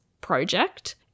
project